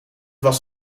was